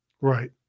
Right